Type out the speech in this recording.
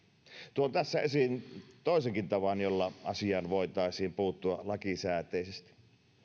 tuon tässä esiin toisenkin tavan jolla asiaan voitaisiin puuttua lakisääteisesti